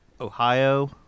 Ohio